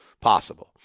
possible